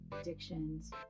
addictions